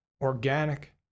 organic